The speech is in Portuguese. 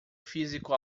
físico